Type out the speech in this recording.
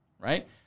right